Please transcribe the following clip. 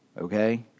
Okay